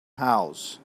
house